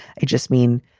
i just mean,